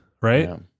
right